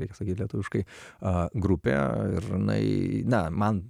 reik sakyt lietuviškai a grupe ir jinai na man